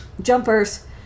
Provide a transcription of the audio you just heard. jumpers